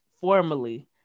formally